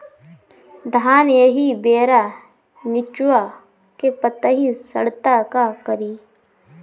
धान एही बेरा निचवा के पतयी सड़ता का करी?